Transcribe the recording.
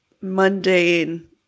mundane